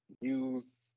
use